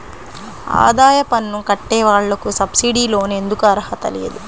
ఆదాయ పన్ను కట్టే వాళ్లకు సబ్సిడీ లోన్ ఎందుకు అర్హత లేదు?